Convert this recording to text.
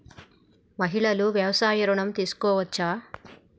మహిళలు వ్యవసాయ ఋణం తీసుకోవచ్చా?